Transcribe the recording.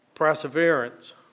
Perseverance